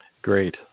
Great